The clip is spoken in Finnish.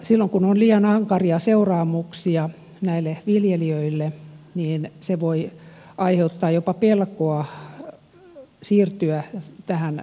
silloin kun on liian ankaria seuraamuksia viljelijöille se voi aiheuttaa jopa pelkoa siirtyä tähän tuotantomuotoon